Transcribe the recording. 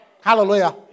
Hallelujah